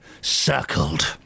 circled